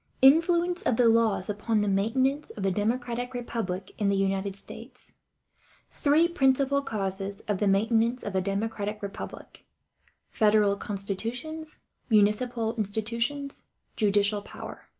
influence of the laws upon the maintenance of the democratic republic in the united states three principal causes of the maintenance of the democratic republic federal constitutions municipal institutions judicial power.